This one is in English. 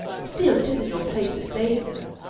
still, it isn't your place to say so.